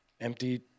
empty